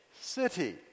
city